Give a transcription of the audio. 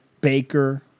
Baker